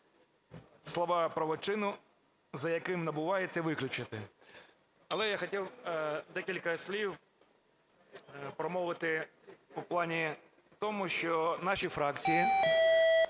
слова "правочину, за яким набувається" виключити". Але я хотів декілька слів промовити у плані тому, що наша фракція